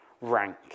rank